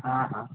हँ हँ